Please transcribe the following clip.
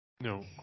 No